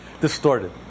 distorted